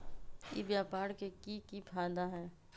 ई व्यापार के की की फायदा है?